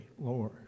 Lord